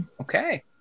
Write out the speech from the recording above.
okay